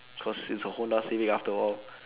cause it's a honda civic after all